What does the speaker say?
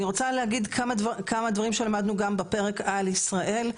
אני רוצה להגיד כמה דברים שלדנו גם בפרק על ישראל.